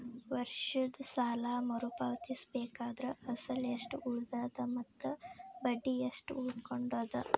ವರ್ಷದ ಸಾಲಾ ಮರು ಪಾವತಿಸಬೇಕಾದರ ಅಸಲ ಎಷ್ಟ ಉಳದದ ಮತ್ತ ಬಡ್ಡಿ ಎಷ್ಟ ಉಳಕೊಂಡದ?